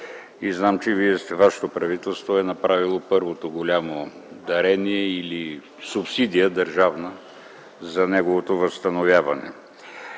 и знам, че вашето правителство е направило първото голямо дарение или държавна субсидия за неговото възстановяване.